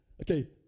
Okay